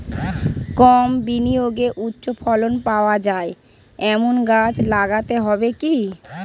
কম বিনিয়োগে উচ্চ ফলন পাওয়া যায় এমন গাছ লাগাতে হবে কি?